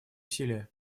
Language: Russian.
усилия